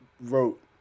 wrote